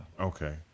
Okay